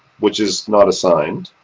which is not assigned,